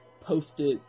post-it